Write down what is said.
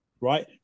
right